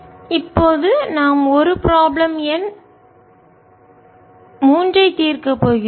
இப்போது நாம் ஒரு ப்ராப்ளம் எண் மூன்றை தீர்க்கப் போகிறோம்